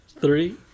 three